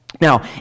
Now